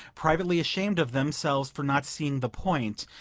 privately ashamed of themselves for not seeing the point,